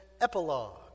epilogue